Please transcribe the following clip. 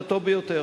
זה הטוב ביותר.